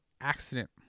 accident